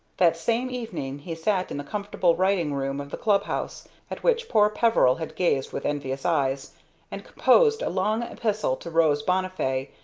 that same evening he sat in the comfortable writing-room of the club-house at which poor peveril had gazed with envious eyes and composed a long epistle to rose bonnifay,